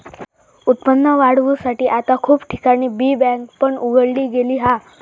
उत्पन्न वाढवुसाठी आता खूप ठिकाणी बी बँक पण उघडली गेली हा